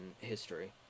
history